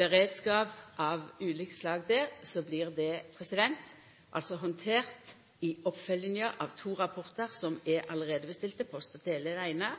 beredskap av ulikt slag, blir det handtert i oppfølginga av to rapportar som alt er bestilte, der Post- og teletilsynet skal levera den eine